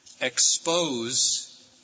Expose